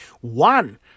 one